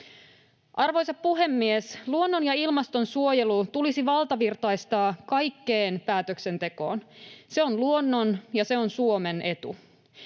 Arvoisa puhemies! Luonnon- ja ilmastonsuojelu tulisi valtavirtaistaa kaikkeen päätöksentekoon. Se on luonnon ja se on Suomen etu.